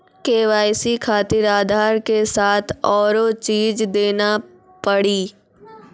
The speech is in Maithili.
के.वाई.सी खातिर आधार के साथ औरों कोई चीज देना पड़ी?